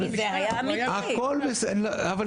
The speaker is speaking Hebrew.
הכל בסדר.